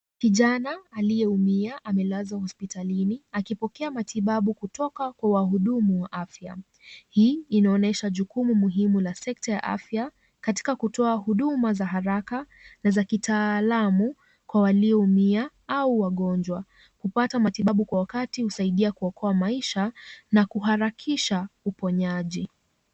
Kijana aliyeumia amelazwa hospitalini akipokea matibabu kutoka kwa wahudumu wa afya. Hii inaonyesha jukumu muhimu la sekta ya afya katika kutoa huduma za haraka na za kitaalam kwa walioumia au wagonjwa. Kupata matibabu kwa wakati husaidia kuokoa maisha na kuharakisha uponyaji.